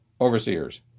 overseers